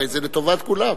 הרי זה לטובת כולם.